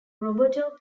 roberto